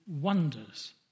wonders